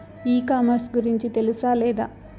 ఈ కామర్స్ గురించి తెలుసా లేదా?